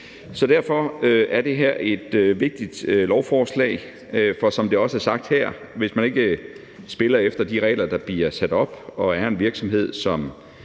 Derfor er det her et vigtigt lovforslag, for som det også er sagt her: Hvis man ikke spiller efter de regler, der bliver sat op, og er en virksomhed, som